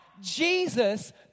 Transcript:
Jesus